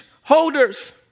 holders